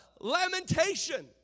lamentation